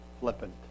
flippant